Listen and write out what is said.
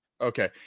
okay